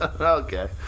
Okay